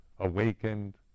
Awakened